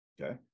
Okay